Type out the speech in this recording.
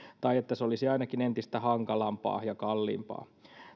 tai että se olisi ainakin entistä hankalampaa ja kalliimpaa